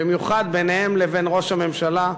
במיוחד ביניהם לבין ראש הממשלה,